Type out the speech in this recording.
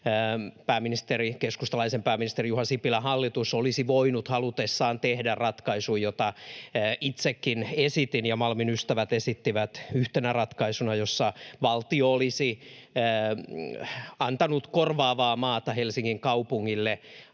keskustalaisen pääministerin Juha Sipilän hallitus olisi voinut halutessaan tehdä ratkaisun, jota itsekin esitin ja Malmin ystävät esittivät yhtenä ratkaisuna ja jossa valtio olisi antanut korvaavaa maata Helsingin kaupungille